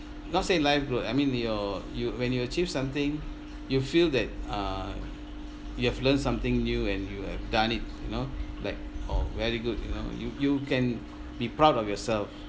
not say life growth I mean your you when you achieve something you feel that uh you have learnt something new and you have done it you know like oh very good you know you you can be proud of yourself